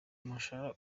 umushahara